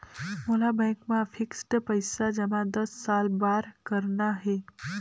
मोला बैंक मा फिक्स्ड पइसा जमा दस साल बार करना हे?